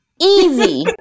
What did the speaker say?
Easy